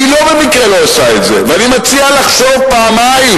ואני מציע לחשוב פעמיים,